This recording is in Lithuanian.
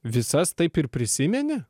visas taip ir prisimeni